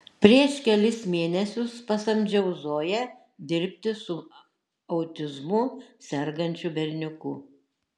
prieš kelis mėnesius pasamdžiau zoją dirbti su autizmu sergančiu berniuku